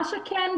מה שכן,